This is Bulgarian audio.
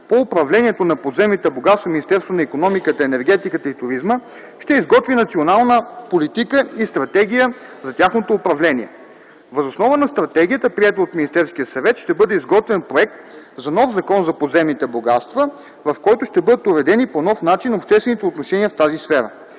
по управлението на подземните богатства – Министерството на икономиката, енергетиката и туризма, ще изготви национална политика и стратегия за тяхното управление. Въз основа на стратегията, приета от Министерския съвет, ще бъде изготвен проект на нов Закон за подземните богатства, в който ще бъдат уредени по нов начин обществените отношения в тази сфера.